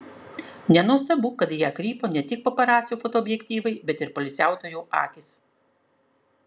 nenuostabu kad į ją krypo ne tik paparacių fotoobjektyvai bet ir poilsiautojų akys